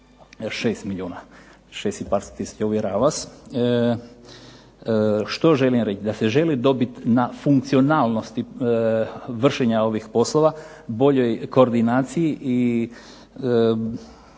6 milijuna ... uvjeravam vas. Što želim reći? Želi dobiti na funkcionalnosti vršenja ovih poslova, boljoj koordinaciji i